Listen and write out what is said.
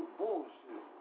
bullshit